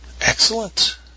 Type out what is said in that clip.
Excellent